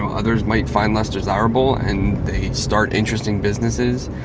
others might find less desirable, and they start interesting businesses.